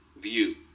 view